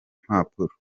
mpapuro